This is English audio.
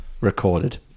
recorded